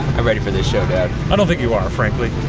i'm ready for this showdown. i don't think you are frankly.